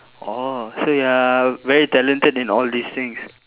oh so you are very talented in all these things